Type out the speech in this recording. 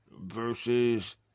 versus